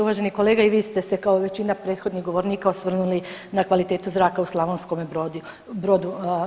Uvaženi kolega i vi ste se kao i većina prethodnih govornika osvrnuli na kvalitetu zraka u Slavonskome Brodu.